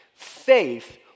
faith